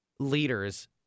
leaders